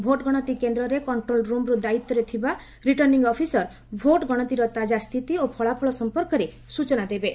ଭୋଟଗଣତି କେନ୍ଦ୍ରରେ କଣ୍ଟ୍ରୋଲ୍ ରୁମ୍ରୁ ଦାୟିତ୍ୱରେ ଥିବା ରିଟର୍ଶ୍ଣିଂ ଅଫିସର ଭୋଟଗଣତିର ତାକା ସ୍ଥିତି ଓ ଫଳାଫଳ ସମ୍ପର୍କରେ ସୂଚନା ଦେବେ